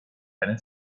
einen